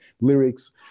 lyrics